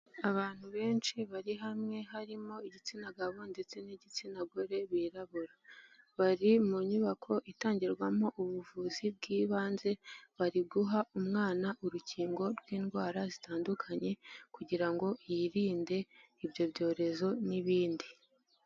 Abantu benshi bari hamwe harimo igitsina gabo ndetse n'igitsina gore birabura, bari mu nyubako itangirwamo ubuvuzi bw'ibanze, bari guha umwana urukingo rw'indwara zitandukanye, kugira ngo yirinde ibyo byorezo n'ibindi.